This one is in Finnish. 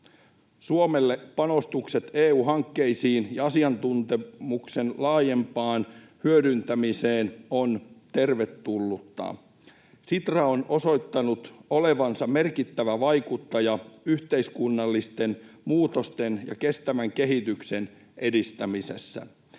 Suomelle panostukset EU-hankkeisiin ja asiantuntemuksen laajempaan hyödyntämiseen ovat tervetulleita. Sitra on osoittanut olevansa merkittävä vaikuttaja yhteiskunnallisten muutosten ja kestävän kehityksen edistämisessä.